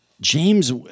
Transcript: James